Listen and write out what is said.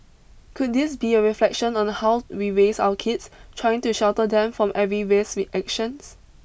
could this be a reflection on the how we raise our kids trying to shelter them from every risk reaction